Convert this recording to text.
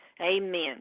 Amen